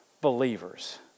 believers